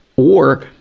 or,